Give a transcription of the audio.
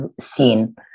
seen